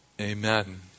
Amen